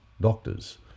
doctors